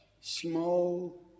small